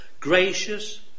Gracious